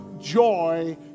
joy